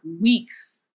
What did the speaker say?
weeks